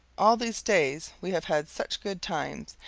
all these days we have had such good times,